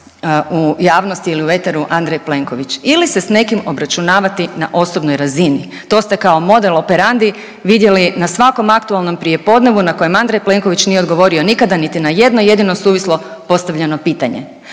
u javnosti ili u eteru Andrej Plenković ili se s nekim obračunavati na osobnoj razini. To ste kao model operandi vidjeli na svakom aktualnom prijepodnevu na kojem Andrej Plenković nije odgovorio nikada niti na jedno jedino suvislo postavljeno pitanje